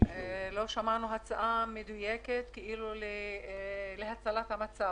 שמענו הצעה מדויקת להצלת המצב.